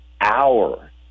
hour